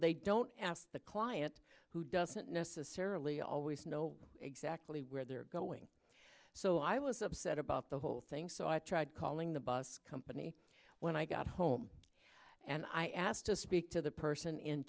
they don't ask the client who doesn't necessarily always know exactly where they're going so i was upset about the whole thing so i tried calling the bus company when i got home and i asked to speak to the person in